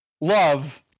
love